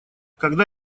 когда